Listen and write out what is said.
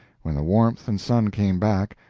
when the warmth and sun came back,